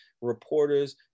reporters